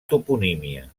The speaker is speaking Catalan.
toponímia